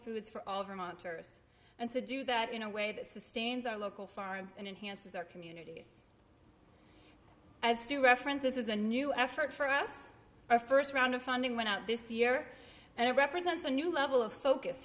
foods for all vermonters and to do that in a way that sustains our local farms and enhances our communities as do reference this is a new effort for us our first round of funding went out this year and it represents a new level of focus